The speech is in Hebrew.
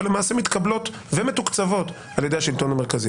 למעשה מתקבלות ומתוקצבות על ידי השלטון המרכזי.